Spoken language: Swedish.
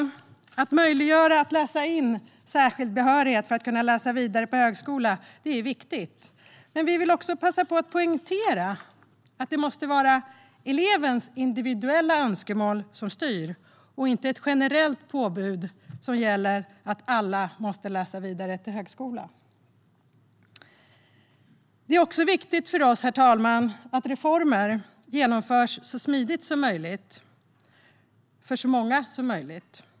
Det är viktigt att möjliggöra för människor att läsa in särskild behörighet för att kunna läsa vidare på högskola. Men vi vill också passa på att poängtera att det måste vara elevens individuella önskemål som styr och inte ett generellt påbud om att alla måste läsa vidare på högskola. Herr talman! Det är också viktigt för oss att reformer genomförs så smidigt som möjligt för så många som möjligt.